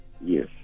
Yes